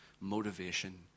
motivation